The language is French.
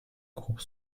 groupe